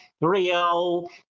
real